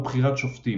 הוא בחירת שופטים.